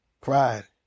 Pride